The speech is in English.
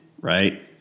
right